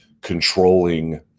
controlling